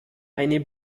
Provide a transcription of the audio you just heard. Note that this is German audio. eine